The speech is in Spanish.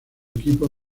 equipo